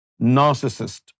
narcissist